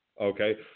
okay